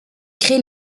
crée